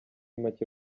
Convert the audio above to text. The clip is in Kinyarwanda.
make